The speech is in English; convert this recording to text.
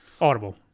Audible